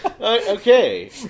Okay